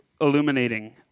illuminating